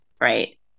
Right